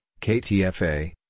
KTFA